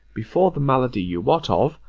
before the malady you wot of,